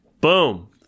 Boom